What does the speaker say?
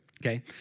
Okay